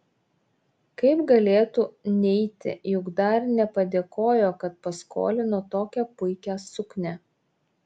kaip galėtų neiti juk dar nepadėkojo kad paskolino tokią puikią suknią